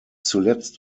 zuletzt